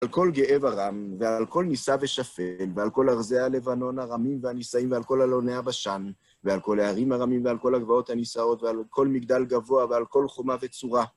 על כל גאה ורם, ועל כל נישא ושפל, ועל כל ארזי הלבנון, הרמים והנישאים, ועל כל אלוני הבשן, ועל כל ההרים הרמים, ועל כל הגבעות הנישאות, ועל כל מגדל גבוה, ועל כל חומה וצורה.